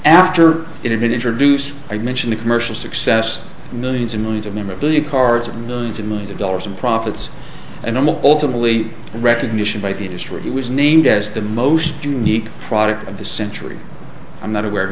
after it had been introduced i mention the commercial success millions and millions of memorabilia cards and millions and millions of dollars in profits and on the ultimately recognition by the industry he was named as the most unique product of the century i'm not aware of